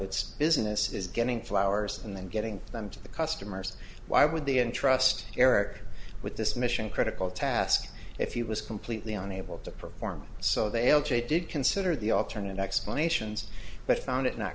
its business is getting flowers and then getting them to the customers why would they entrust character with this mission critical task if you was completely unable to perform so they l j did consider the alternative explanations but found it not